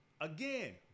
Again